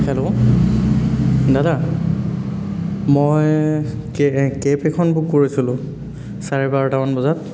hello দাদা মই cab এখন বুক কৰিছিলোঁ চাৰে বাৰটামান বজাত